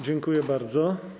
Dziękuję bardzo.